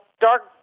dark